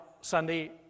Sunday